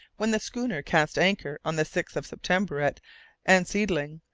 when the schooner cast anchor on the sixth of september at ansiedling,